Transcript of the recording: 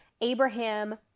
Abraham